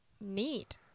Neat